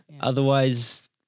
otherwise